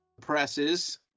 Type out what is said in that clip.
presses